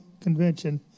Convention